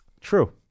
True